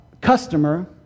customer